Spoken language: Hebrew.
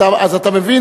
אז אתה מבין?